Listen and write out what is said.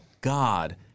God